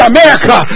America